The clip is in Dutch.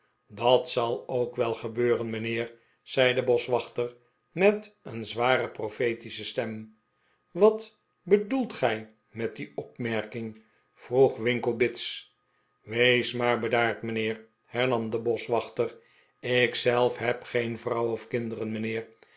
dat zal ook wel gebeuren mijnheer zei de boschwachter met een zware profetische stem wat bedoelt gij met die opmerking vroeg winkle bits wees maar bedaard mijnheer hernam de boschwachter ik zelf heb geen vrouw of kinderen mijnheer